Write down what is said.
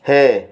ହେ